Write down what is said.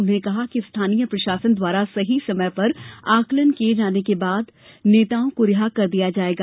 उन्होंने कहा कि स्थानीय प्रशासन द्वारा सही समय का आकलन किए जाने के बाद नेताओं को रिहा कर दिया जाएगा